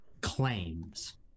claims